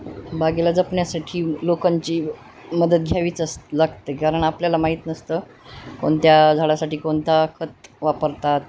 बागेला जपण्या्साठी लोकांची मदत घ्यावीच अस लागते कारण आपल्याला माहीत नसतं कोणत्या झाडासाठी कोणता खत वापरतात